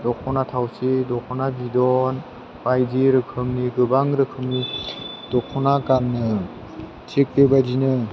दख'ना थावसि दख'ना बिद'न बायदि रोखोमनि गोबां रोखोमनि दख'ना गानो थिख बेबायदिनो